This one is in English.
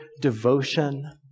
devotion